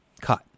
cut